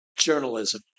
Journalism